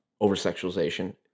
over-sexualization